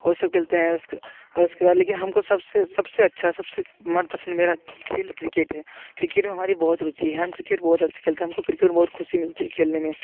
वो सब खेलते हैं उसके बाद लेकिन हमको सबसे सबसे अच्छा सबसे मनपसंद मेरा खेल क्रिकेट है क्रिकेट में हमारी बहुत रूचि है हम क्रिकेट बहुत अच्छे खेलते हमको क्रिकेट बहुत खुशी मिलती है खेलने में